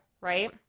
Right